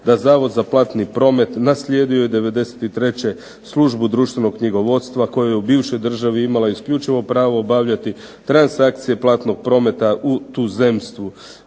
da Zavod za platni promet naslijedio je '93. Službu društvenog knjigovodstva koja je u bivšoj državi imala isključivo pravo obavljati transakcije platnog prometa u tuzemstvu.